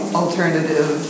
alternative